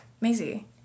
Maisie